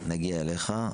תכף נגיע אליך.